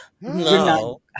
No